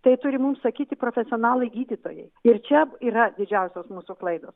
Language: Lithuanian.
tai turi mums sakyti profesionalai gydytojai ir čia yra didžiausios mūsų klaidos